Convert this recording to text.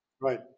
Right